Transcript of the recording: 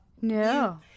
No